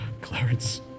Clarence